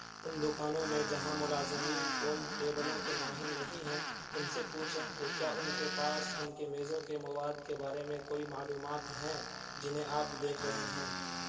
ان دکانوں میں جہاں ملازمین پول ٹیبلوں کے ماہر نہیں ہیں ان سے پوچھیں کہ کیا ان کے پاس ان کے میزوں کے مواد کے بارے میں کوئی معلومات ہیں جنہیں آپ دیکھ رہے ہیں